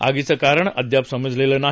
आगीचं कारण अद्याप समजलेलं नाही